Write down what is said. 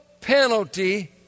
penalty